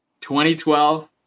2012